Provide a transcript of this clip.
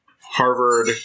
Harvard